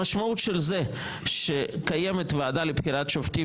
המשמעות של זה שקיימת ועדה לבחירת שופטים